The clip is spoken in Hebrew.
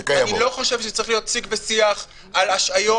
אני לא צריך להיות סיג ושיח על השהיות.